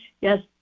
yes